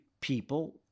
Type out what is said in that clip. people